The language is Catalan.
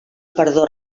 perdó